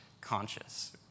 conscious